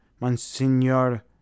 Monsignor